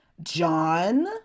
John